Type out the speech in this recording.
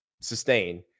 sustain